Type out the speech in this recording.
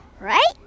right